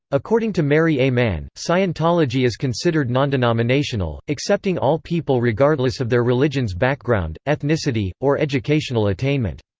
according to mary a. mann, scientology is considered nondenominational, accepting all people regardless of their religions background, ethnicity, or educational attainment.